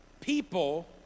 People